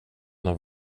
något